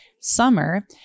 Summer